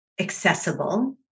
accessible